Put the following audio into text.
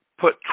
put